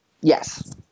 Yes